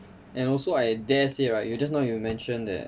and also I dare say right you just now you mention that